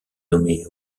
nommé